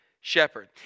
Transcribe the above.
shepherd